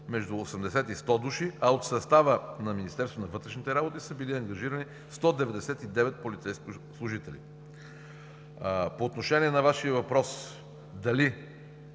между 80 и 100 души, а от състава на Министерството на вътрешните работи са били ангажирани 199 полицейски служители. По отношение на Вашия въпрос – дали